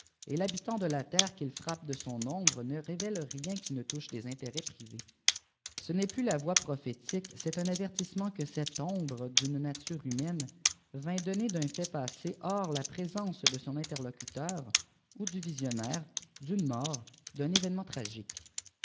et phitanit de la iprfeqpt'îl frappe de son ombre ne révèle rien qui ne toicbe des intérêts privés çle nest jaus la voix prophétique c'esjtun averiissement que estte otdire d'une nature humaine vient donner diln fiiit passé hors la présence de son interlocuteur ou du visionbàire d'une mèrt d'un événement tragique